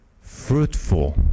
fruitful